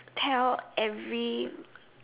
tell every